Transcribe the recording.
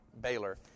Baylor